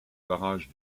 barrage